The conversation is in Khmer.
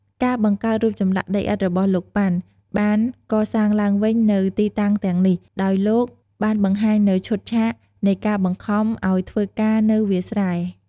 ការបង្កើតរូបចម្លាក់ដីឥដ្ឋរបស់លោក ប៉ាន់ បានកសាងឡើងវិញនូវទីតាំងទាំងនេះ ដោយលោកបានបង្ហាញនូវឈុតឆាកនៃការបង្ខំឲ្យធ្វើការនៅវាលស្រែ។